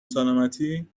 سالمتی